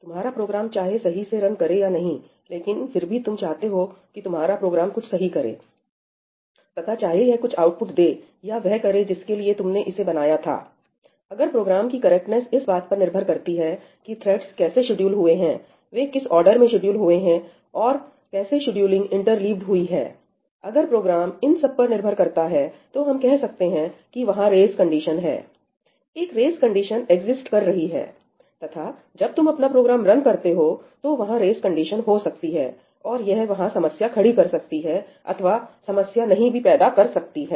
तुम्हारा प्रोग्राम चाहे सही से रन करें या नहीं लेकिन फिर भी तुम चाहते हो कि तुम्हारा प्रोग्राम कुछ सही करे तथा चाहे यह कुछ आउटपुट दे या वह करे जिसके लिए तुमने इसे बनाया था अगर प्रोग्राम की करेक्टनेस इस पर निर्भर करती है कि थ्रेडस कैसे शेड्यूल हुए हैं वे किस ऑर्डर में शेड्यूल्स हुए हैं और कैसे शेड्यूलिंग इंटरलीव्ड हुई है अगर प्रोग्राम इन सब पर निर्भर करता है तो हम कह सकते हैं कि वहां रेस कंडीशन है एक रेस कंडीशन एग्जिसट कर रही है तथा जब तुम अपना प्रोग्राम रन करते हो तो वहां रेस कंडीशन हो सकती है और यह वहां समस्या खड़ी कर सकती है अथवा समस्या नहीं भी पैदा कर सकती है